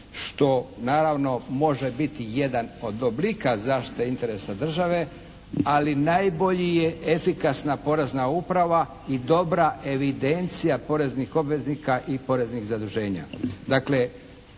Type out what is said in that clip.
što naravno može biti jedan od oblika zaštite interesa države, ali najbolji je efikasna Porezna uprava i dobra evidencija poreznih obveznika i poreznih zaduženja.